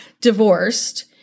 divorced